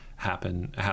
Happen